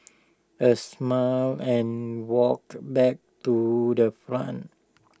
I smiled and walked back to the front